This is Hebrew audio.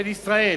של ישראל.